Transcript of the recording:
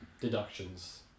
deductions